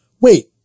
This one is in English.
wait